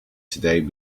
today